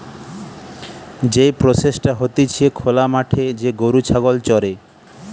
যেই প্রসেসটা হতিছে খোলা মাঠে যে গরু ছাগল চরে